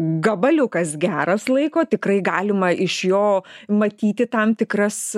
gabaliukas geras laiko tikrai galima iš jo matyti tam tikras